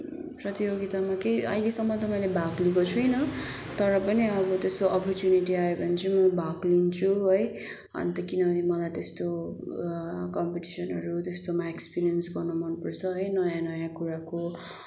प्रतियोगितामा केही अहिलेसम्म त मैले भाग लिएको छुइनँ तर पनि अब त्यस्तो अपर्चुनिटी आयो भने चाहिँ म भाग लिन्छु है अन्त किनभने मलाई त्यस्तो कम्पिटिसनहरू त्यस्तोमा एक्सपेरिएन्स गर्न मनपर्छ है नयाँ नयाँ कुराको